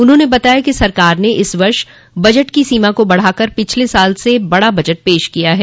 उन्होंने बताया कि सरकार ने इस वर्ष बजट की सीमा को बढ़ा कर पिछले साल से बड़ा बजट पेश किया है